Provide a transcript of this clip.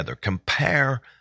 Compare